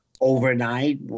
overnight